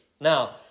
Now